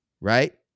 Right